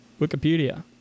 Wikipedia